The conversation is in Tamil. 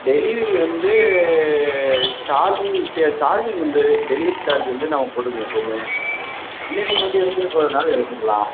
டெலிவெரி வந்து சார்ஜிங் ச சார்ஜிங் உண்டு டெலிவெரி சார்ஜ் வந்து நம்ம போட்டுக்கணும் எப்போவுமே இல்லை நீங்கள் வந்து எடுத்துகிட்டு போகிறதுனாலும் எடுத்துக்கலாம்